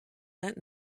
that